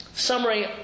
summary